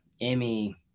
Amy